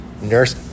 nurse